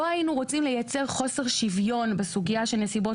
לא היינו רוצים לייצר חוסר שוויון בסוגיה של נסיבות